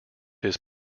his